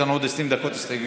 יש לנו עוד 20 דקות הסתייגויות.